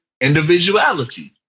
individuality